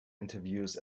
interviews